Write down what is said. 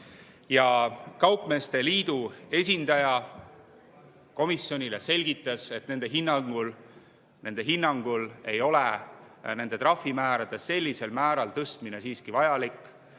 Kaupmeeste liidu esindaja selgitas komisjonile, et nende hinnangul ei ole nende trahvimäärade sellisel määral tõstmine siiski vajalik